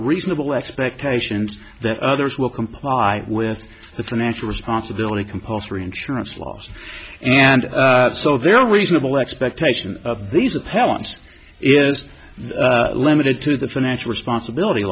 reasonable expectations that others will comply with the financial responsibility compulsory insurance laws and so there are reasonable expectation of these appellants is limited to the financial responsibility